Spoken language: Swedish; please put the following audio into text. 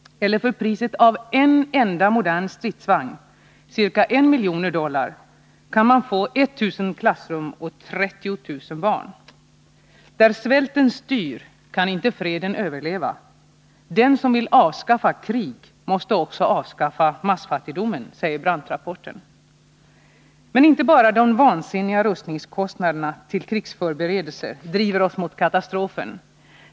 För priset av en enda modern stridsvagn, ca 1 miljon dollar, kan man få 1000 klassrum åt 30 000 barn. ”Där svälten styr kan inte freden överleva. Den som vill avskaffa krig måste också avskaffa massfattigdom”, säger Brandtrapporten. Men inte bara de vansinniga rustningskostnaderna till krigsförberedelser driver oss mot katastrofen.